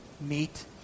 meet